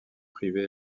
privé